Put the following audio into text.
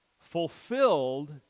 fulfilled